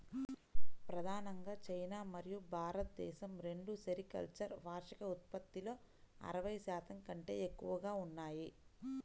ప్రధానంగా చైనా మరియు భారతదేశం రెండూ సెరికల్చర్ వార్షిక ఉత్పత్తిలో అరవై శాతం కంటే ఎక్కువగా ఉన్నాయి